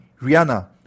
Rihanna